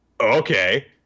okay